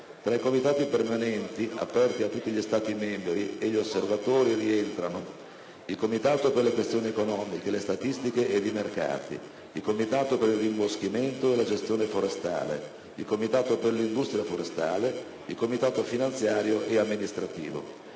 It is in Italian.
Tra i comitati permanenti, aperti a tutti gli Stati membri e gli osservatori, rientrano il comitato per le questioni economiche, le statistiche ed i mercati; il comitato per il rimboschimento e la gestione forestale; il comitato per l'industria forestale; il comitato finanziario e amministrativo.